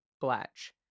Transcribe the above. Blatch